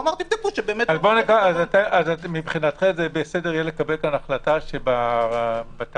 אז מבחינתך יהיה בסדר לקבל החלטה שבתאריך